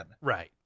Right